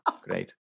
great